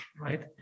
right